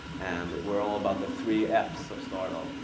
and we're all about the three f's of stardoll,